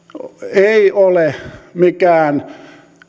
ei ole mikään